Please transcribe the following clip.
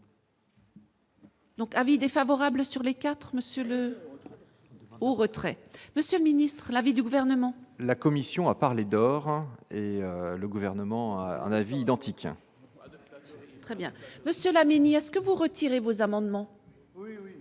Donc l'avis défavorable sur les quatre monsieur au retrait, Monsieur le Ministre, l'avis du gouvernement. La commission a parlé d'or et le gouvernement, un avis identique. Très bien monsieur Laménie est-ce que vous retirez vos amendements. Oui,